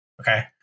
Okay